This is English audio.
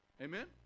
Amen